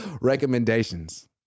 Recommendations